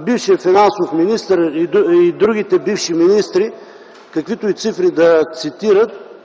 Бившият финансов министър и другите бивши министри каквито и цифри да цитират,